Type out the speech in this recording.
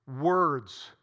words